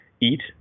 eat